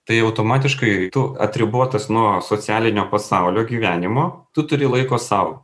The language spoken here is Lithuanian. tai automatiškai tu atribotas nuo socialinio pasaulio gyvenimo tu turi laiko sau